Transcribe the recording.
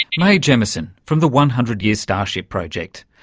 mae jemison from the one hundred year starship project.